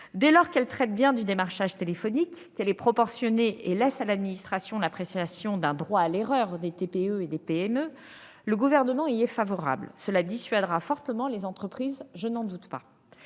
politique traite bien du démarchage téléphonique, qu'elle est proportionnée, et qu'elle laisse à l'administration l'appréciation d'un droit à l'erreur pour les TPE et les PME, le Gouvernement y est favorable. Elle dissuadera fortement les entreprises, je n'en doute pas.